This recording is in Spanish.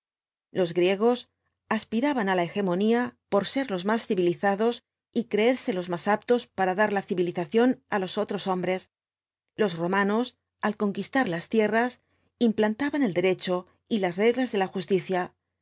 los griegos aspiraban á la hegemonía por ser los más civilizados y creerse los más aptos para dar la civilización á los otros hombres los romanos al conquistar las tierras implantaban el derecho y las reglas de la justicia los